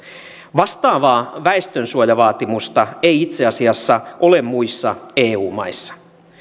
vastaavaa väestönsuojavaatimusta ei itse asiassa ole muissa eu maissa